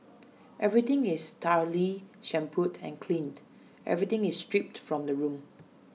everything is thoroughly shampooed and cleaned everything is stripped from the room